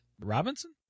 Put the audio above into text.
Robinson